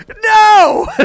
no